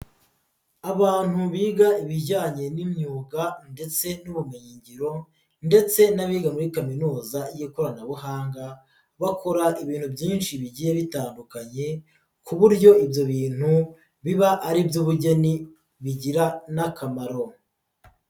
Abantu biga ibijyanye n'imyuga ndetse n'ubumenyingiro ndetse n'abiga muri kaminuza y'ikoranabuhanga bakora ibintu byinshi bigiye bitandukanye ku buryo ibyo bintu biba ari iby'ubugeni bigira n'akamaro.